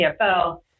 CFO